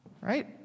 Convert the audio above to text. Right